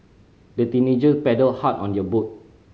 the teenager paddled hard on their boat